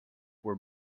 were